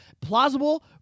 plausible